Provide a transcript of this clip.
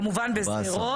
כמובן בשדרות.